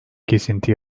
kesinti